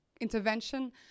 intervention